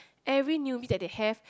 every newbie that they have